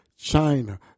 China